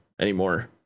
anymore